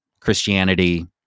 christianity